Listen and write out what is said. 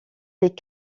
les